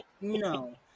No